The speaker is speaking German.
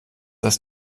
das